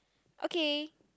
okay